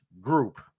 group